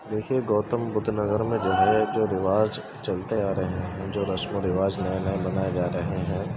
دیکھیے گوتم بدھ نگر میں جو ہے جو رواج چلتے آ رہے ہیں جو رسم و رواج نئے نئے بنائے جا رہے ہیں